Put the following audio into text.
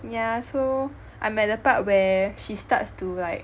yeah so I'm at the part where she starts to like